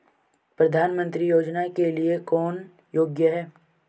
प्रधानमंत्री योजना के लिए कौन योग्य है?